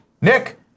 Nick